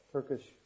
Turkish